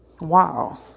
Wow